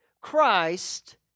Christ